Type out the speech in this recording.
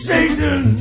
Satan